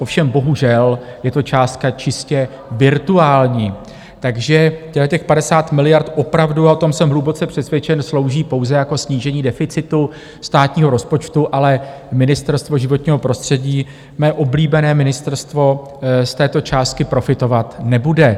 Ovšem bohužel, je to částka čistě virtuální, takže těchhle těch 50 miliard opravdu a o tom jsem hluboce přesvědčen slouží pouze jako snížení deficitu státního rozpočtu, ale Ministerstvo životního prostředí, mé oblíbené ministerstvo, z této částky profitovat nebude.